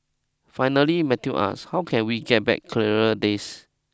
finally Matthew asks how can we get back clearer days